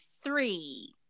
three